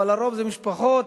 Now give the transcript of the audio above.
אבל הרוב זה משפחות